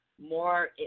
more